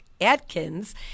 atkins